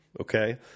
okay